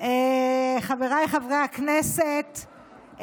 חבריי חברי הכנסת,